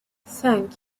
cinq